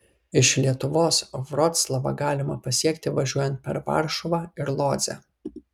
iš lietuvos vroclavą galima pasiekti važiuojant per varšuvą ir lodzę